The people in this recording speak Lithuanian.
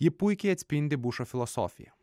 ji puikiai atspindi bušą filosofiją